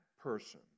person